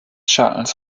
charles